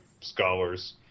scholars